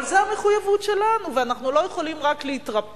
אבל זו המחויבות שלנו, ואנחנו לא יכולים רק להתרפק